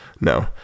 no